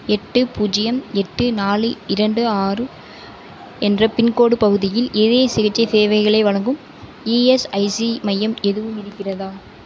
எட்டு பூஜ்ஜியம் எட்டு நாலு இரண்டு ஆறு என்ற பின்கோடு பகுதியில் இதயச் சிகிச்சை சேவைகளை வழங்கும் இஎஸ்ஐசி மையம் எதுவும் இருக்கிறதா